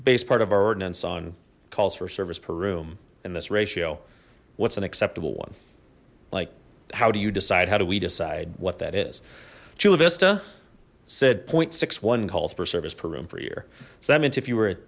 base part of our ordinance on calls for service per room in this ratio what's an acceptable one like how do you decide how do we decide what that is chula vista said point six one calls per service per room for a year so that meant if you were